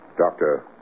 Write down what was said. Doctor